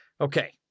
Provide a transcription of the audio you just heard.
Okay